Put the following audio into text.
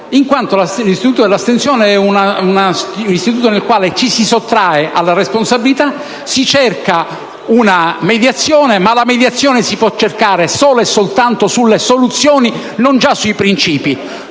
l'istituto dell'astensione, in quanto con tale istituto ci si sottrae alla responsabilità e si cerca una mediazione; ma la mediazione si può cercare solo e soltanto sulle soluzioni, non già sui principi.